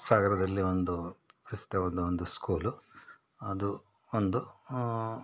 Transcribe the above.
ಸಾಗರದಲ್ಲೇ ಒಂದು ಪ್ರಸಿದ್ಧವಾದ ಒಂದು ಸ್ಕೂಲು ಅದು ಒಂದು